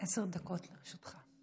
מלכיאלי, עשר דקות לרשותך.